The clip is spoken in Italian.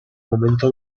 momento